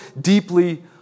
deeply